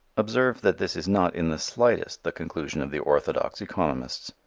observe that this is not in the slightest the conclusion of the orthodox economists.